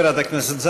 תודה, חברת הכנסת.